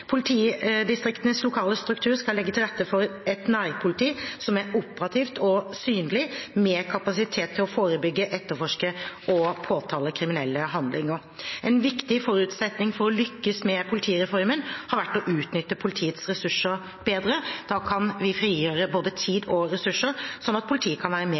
Politidistriktenes lokale struktur skal legge til rette for et nærpoliti som er operativt og synlig, med kapasitet til å forebygge, etterforske og påtale kriminelle handlinger. En viktig forutsetning for å lykkes med politireformen har vært å utnytte politiets ressurser bedre. Da kan vi frigjøre både tid og ressurser, sånn at politiet kan være